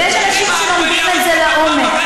ויש אנשים שלומדים את זה לעומק.